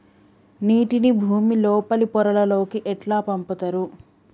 నీటిని భుమి లోపలి పొరలలోకి ఎట్లా పంపుతరు?